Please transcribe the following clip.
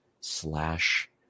slash